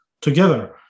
together